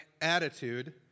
attitude